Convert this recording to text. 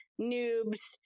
noobs